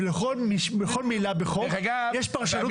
לכל מילה יש פרשנות